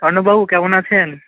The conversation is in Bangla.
অর্ণববাবু কেমন আছেন